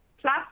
plus